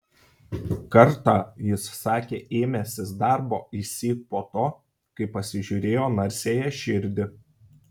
kartą jis sakė ėmęsis darbo išsyk po to kai pasižiūrėjo narsiąją širdį